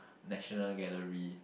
National Gallery